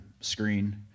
screen